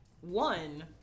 one